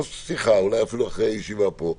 אולי אפילו אחרי הישיבה הזאת,